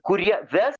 kurie ves